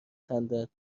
خندد